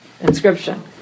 inscription